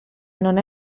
non